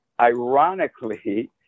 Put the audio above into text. ironically